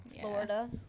Florida